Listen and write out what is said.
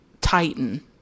titan